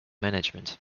management